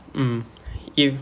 mm if